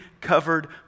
covered